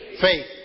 faith